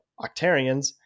octarians